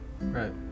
Right